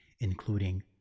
including